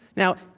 now,